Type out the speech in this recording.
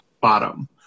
bottom